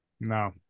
No